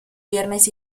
viernes